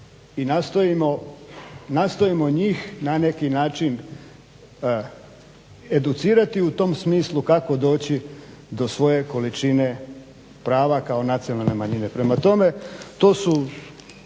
i nastojimo njih na neki način educirati u tom smislu kako doći do svoje količine prava kao nacionalne manjine. Prema tome, to su